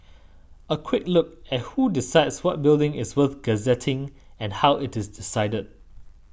a quick look at who decides what building is worth gazetting and how it is decided